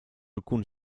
alcun